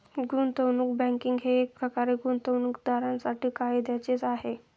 गुंतवणूक बँकिंग हे एकप्रकारे गुंतवणूकदारांसाठी फायद्याचेच आहे